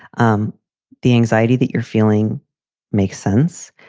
um the anxiety that you're feeling makes sense.